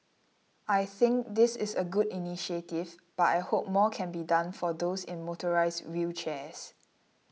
I think this is a good initiative but I hope more can be done for those in motorised wheelchairs